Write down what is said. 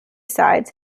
sides